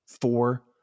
Four